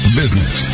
business